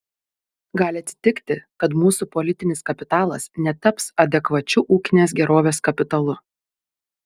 gali atsitikti kad mūsų politinis kapitalas netaps adekvačiu ūkinės gerovės kapitalu